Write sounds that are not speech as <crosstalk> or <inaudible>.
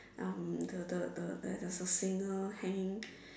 <breath> um the the the there is a singer hanging